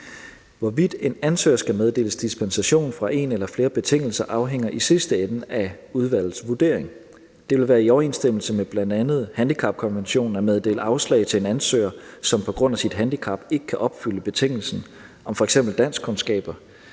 Hvorvidt en ansøger skal meddeles dispensation fra en eller flere betingelser, afhænger i sidste ende af udvalgets vurdering. Det vil være i overensstemmelse med bl.a. handicapkonventionen at meddele afslag til en ansøger, som på grund af sit handicap ikke kan opfylde betingelsen om f.eks. danskkundskaber